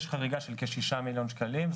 יש חריגה של כ-6 מיליון שקלים.